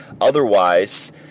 Otherwise